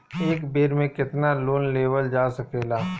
एक बेर में केतना लोन लेवल जा सकेला?